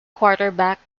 quarterback